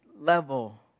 level